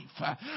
life